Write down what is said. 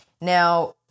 Now